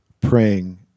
praying